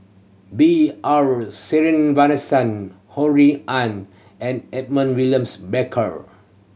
B R Sreenivasan Ho Rui An and Edmund Williams Barker